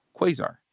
Quasar